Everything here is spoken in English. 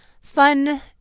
fun